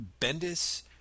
Bendis